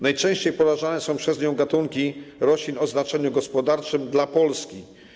Najczęściej porażane są przez nią gatunki roślin o znaczeniu gospodarczym dla Polski.